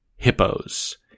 Hippos